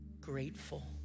grateful